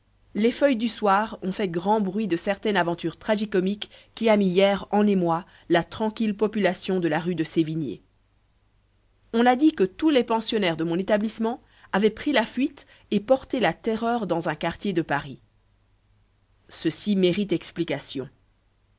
les feuilles du soir ont fait grand bruit de certaine aventure tragi comique qui a mis hier en émoi la tranquille population de la rue de sévigné on a dit que tous les pensionnaires de mon établissement avaient pris la fuite et porté la terreur dans un quartier de paris ceci mérite explication